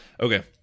Okay